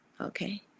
okay